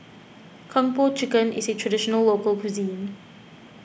Kung Po Chicken is a Traditional Local Cuisine